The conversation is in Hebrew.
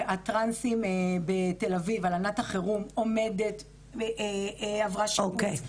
הטרנסים בתל אביב, הלנת החירום עומדת, עברה שיפוץ.